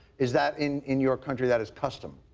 is that in in your country that is custom?